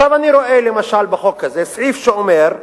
אני רואה למשל בחוק הזה סעיף שאומר,